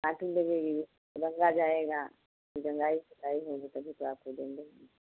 कांटे लगेंगे रंगा जाएगा फिर रंगाई पुताई होगी तभी तो आपको देंगे